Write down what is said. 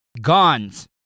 guns